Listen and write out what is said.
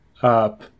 up